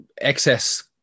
excess